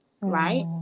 right